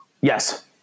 Yes